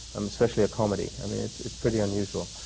um especially a comedy. i mean, it's it's pretty unusual.